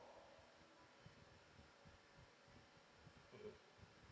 mmhmm